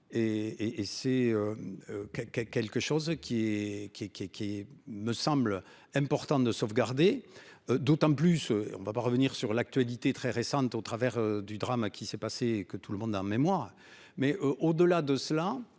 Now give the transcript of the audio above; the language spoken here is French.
qui est qui est qui et qui me semble important de sauvegarder. D'autant plus, on va pas revenir sur l'actualité très récente au travers du drame qui s'est passé, que tout le monde un mémoire mais au-delà de cela.